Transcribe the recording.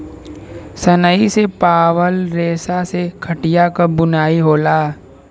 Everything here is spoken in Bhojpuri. सनई से पावल रेसा से खटिया क बुनाई होला